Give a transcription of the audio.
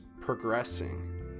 progressing